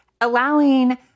allowing